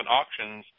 auctions